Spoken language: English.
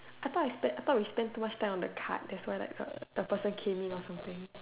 I thought we spend I thought we spend too much time on the card that's why like the the person came in or something